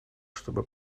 чтобы